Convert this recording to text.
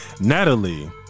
Natalie